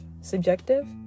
Subjective